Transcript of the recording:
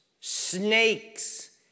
snakes